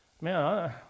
man